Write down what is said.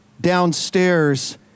downstairs